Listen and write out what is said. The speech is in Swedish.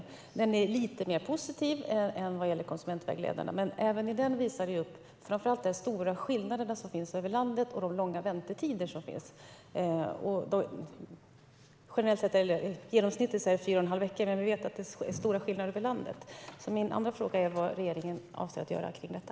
Den rapporten är lite mer positiv än när det gäller konsumentvägledarna, men även här visas de stora skillnader som finns över landet och att det är långa väntetider. Genomsnittet är fyra och en halv vecka, men vi vet att det är stora skillnader över landet. Min andra fråga är alltså vad regeringen avser att göra åt detta.